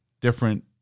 different